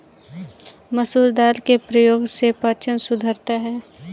मसूर दाल के प्रयोग से पाचन सुधरता है